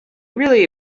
really